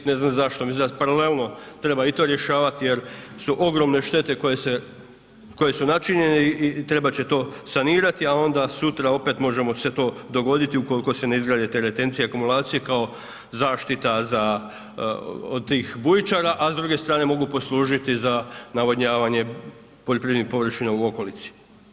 Ne znam zašto, mislim da paralelno treba i to rješavati jer su ogromne štete koje su načinjene i trebat će to sanirati, a onda sutra opet možemo se to dogoditi ukoliko se ne izgrade te retencije, akumulacije kao zaštita za od tih bujičara, a s druge strane mogu poslužiti za navodnjavanje poljoprivrednih površina u okolici.